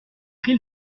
pris